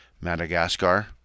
Madagascar